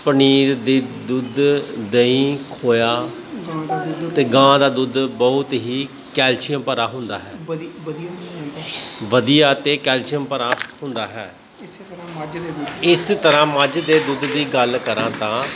ਪਨੀਰ ਦੀ ਦੁੱਧ ਦਹੀਂ ਖੋਇਆ ਅਤੇ ਗਾਂ ਦਾ ਦੁੱਧ ਬਹੁਤ ਹੀ ਕੈਲਸ਼ੀਅਮ ਭਰਿਆ ਹੁੰਦਾ ਹੈ ਵਧੀਆ ਅਤੇ ਕੈਲਸ਼ੀਅਮ ਭਰਿਆ ਹੁੰਦਾ ਹੈ ਇਸ ਤਰ੍ਹਾਂ ਮੱਝ ਦੇ ਦੁੱਧ ਦੀ ਗੱਲ ਕਰਾਂ ਤਾਂ